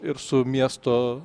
ir su miesto